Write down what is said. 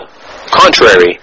contrary